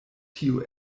tio